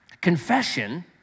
Confession